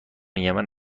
یمن